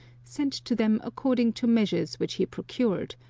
sent to them according to measures which he procured,